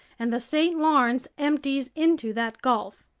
and the st. lawrence empties into that gulf,